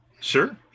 Sure